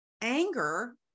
anger